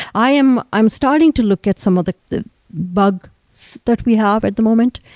i'm i'm starting to look at some of the the bugs that we have at the moment.